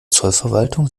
zollverwaltung